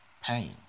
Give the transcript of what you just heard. pain